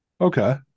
Okay